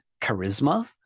charisma